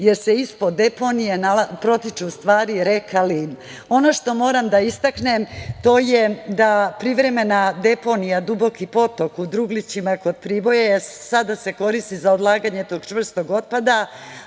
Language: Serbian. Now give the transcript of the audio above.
jer se ispod deponije protiče reka Lim. Ono što moram da istaknem, to je da privremena deponija Duboki potok u Druglićima kod Priboja, sada se koristi za odlaganje čvrstog otpada,